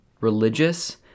religious